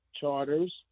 Charters